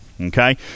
okay